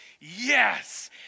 yes